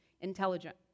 intelligent